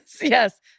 Yes